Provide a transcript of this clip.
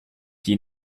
die